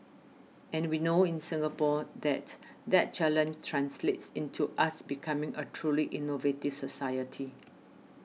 and we know in Singapore that that challenge translates into us becoming a truly innovative society